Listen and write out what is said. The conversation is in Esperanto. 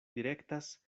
direktas